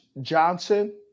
Johnson